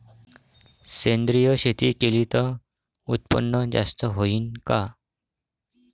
सेंद्रिय शेती केली त उत्पन्न जास्त होईन का?